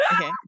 okay